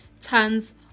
tons